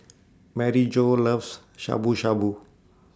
Maryjo loves Shabu Shabu